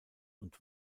und